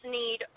need